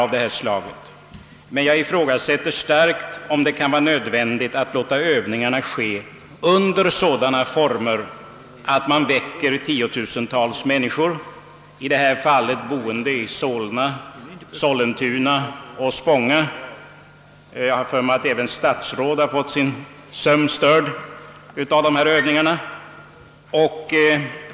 Jag ifrågasätter emellertid starkt, om det kan vara nödvändigt att låta övningarna ske under sådana former att tiotusentals människor väcks ur sin nattsömn. I detta fall gällde det personer boende i Solna, Sollentuna och Spånga; jag har för mig att även statsråd fått sin nattsömn störd av dessa övningar!